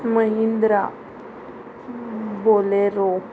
Mahindra Bolero